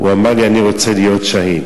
הוא אמר לי: אני רוצה להיות שהיד.